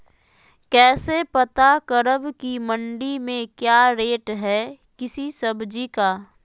कैसे पता करब की मंडी में क्या रेट है किसी सब्जी का?